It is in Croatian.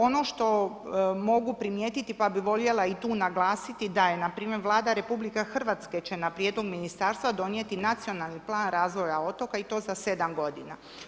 Ono što mogu primijetiti pa bih voljela i tu naglasiti da je npr. Vlada RH će na prijedlog ministarstva donijeti nacionalni plan razvoja otoka i to za 7 godina.